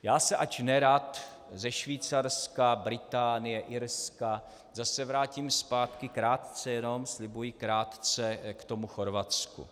Já se, ač nerad, ze Švýcarska, Británie, Irska zase vrátím zpátky, krátce jenom, slibuji, krátce, k tomu Chorvatsku.